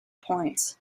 points